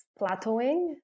plateauing